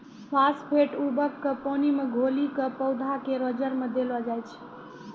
phosphate उर्वरक क पानी मे घोली कॅ पौधा केरो जड़ में देलो जाय छै